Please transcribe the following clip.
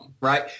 right